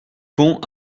pont